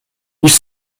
ils